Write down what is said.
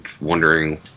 wondering